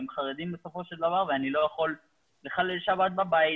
הם חרדים בסופו של דבר ואני לא יכול לחלל שבת בבית,